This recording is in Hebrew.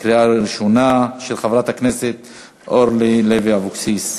של חברת הכנסת אורלי לוי אבקסיס,